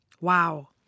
Wow